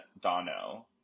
Dono